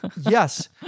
Yes